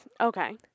Okay